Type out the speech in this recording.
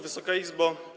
Wysoka Izbo!